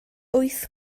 wyth